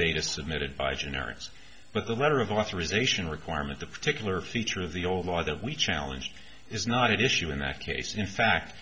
data submitted by generics but the letter of authorisation requirement the particular feature of the old law that we challenge is not an issue in that case in fact